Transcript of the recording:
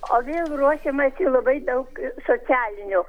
o vėl ruošiamasi labai daug socialinių